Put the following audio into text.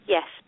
Yes